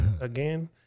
again